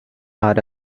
are